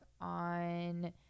on